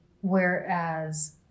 whereas